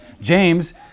James